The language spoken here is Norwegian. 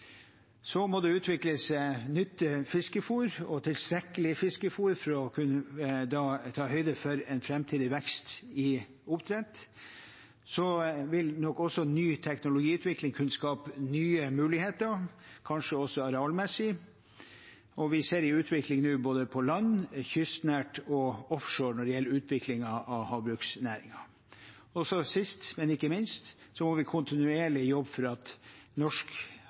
Så må det utvikles nytt fiskefôr og tilstrekkelig fiskefôr for å kunne ta høyde for en framtidig vekst i oppdrett. Ny kunnskap innenfor teknologiutvikling vil nok også gi nye muligheter, kanskje også arealmessig, og vi ser nå en utvikling både på land, kystnært og offshore når det gjelder utviklingen av havbruksnæringen. Sist, men ikke minst må vi kontinuerlig jobbe for at norsk